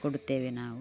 ಕೊಡುತ್ತೇವೆ ನಾವು